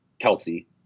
Kelsey